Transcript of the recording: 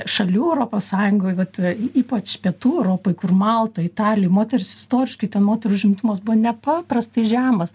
šalių europos sąjungoj vat ypač pietų europoj kur maltoj italijoj moterys istoriškai ten moterų užimtumas buvo nepaprastai žemas